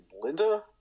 Linda